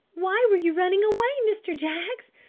why were you running away, mr. jaggs?